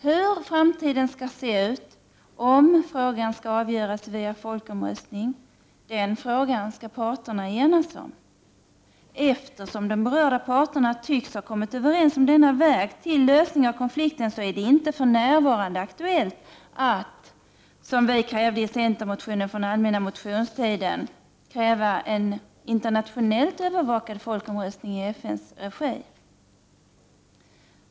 Hur framtiden skall se ut, om frågan skall avgöras via folkomröstning, skall parterna enas om. Eftersom de berörda parterna tycks ha kommit överens om denna väg till lösning av konflikten är det för närvarande inte aktuellt att, som vi krävde i centermotionen från allmänna motionstiden, kräva en internationellt övervakad folkomröstning i FN:s regi.